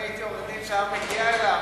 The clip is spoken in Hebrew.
אני הייתי עורך-דין שהיה מגיע לבקר,